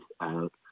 out